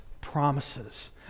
promises